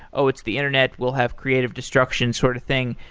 oh, it's the internet. we'll have creative destruction sort of thing.